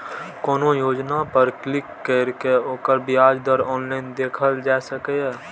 कोनो योजना पर क्लिक कैर के ओकर ब्याज दर ऑनलाइन देखल जा सकैए